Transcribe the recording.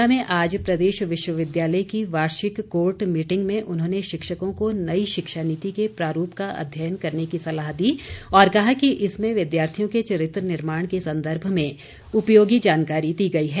शिमला में आज प्रदेश विश्वविद्यालय की वार्षिक कोर्ट मीटिंग में उन्होंने शिक्षकों को नई शिक्षा नीति के प्रारूप का अध्ययन करने की सलाह दी और कहा कि इसमें विद्यार्थियों के चरित्र निर्माण के संदर्म में उपयोगी जानकारी दी गई है